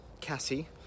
Cassie